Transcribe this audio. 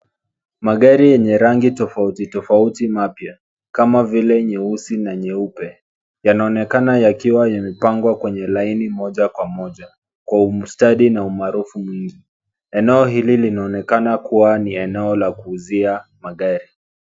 Magari yenye rangi tofauti tofauti mapya, kama vile nyeusi na nyeupe, yanaonekana yakiwa yamepangwa kwenye laini moja kwa moja, kwa ustadi na umaarufu mwingi. Eneo hili linaonekana kuwa ni eneo la kuuzia magari.